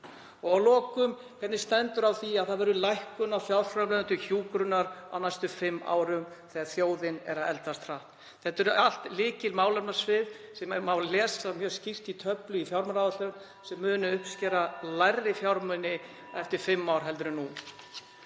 Og að lokum: Hvernig stendur á því að það verður lækkun á fjárframlögum til hjúkrunar á næstu fimm árum þegar þjóðin er að eldast hratt? Þetta eru allt lykilmálefnasvið sem má lesa mjög skýrt í töflu í fjármálaáætlun að munu uppskera minni fjármuni eftir fimm ár en nú.